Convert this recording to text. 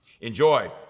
Enjoy